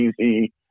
easy